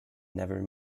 never